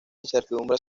incertidumbre